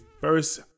first